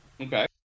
Okay